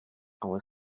our